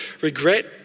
regret